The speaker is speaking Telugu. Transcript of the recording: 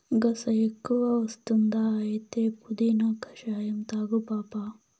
గస ఎక్కువ వస్తుందా అయితే పుదీనా కషాయం తాగు పాపా